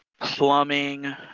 plumbing